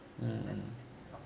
mmhmm